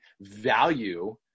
value